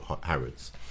harrods